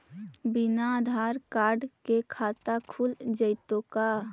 बिना आधार कार्ड के खाता खुल जइतै का?